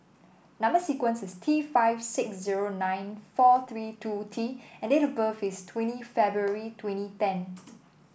number sequence is T five six zero nine four three two T and date of birth is twenty February twenty ten